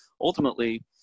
ultimately